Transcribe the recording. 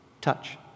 touch